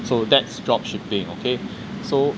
so that's drop shipping okay so